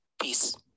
Peace